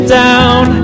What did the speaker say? down